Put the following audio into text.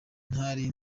ntari